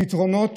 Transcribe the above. לפתרונות